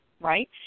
right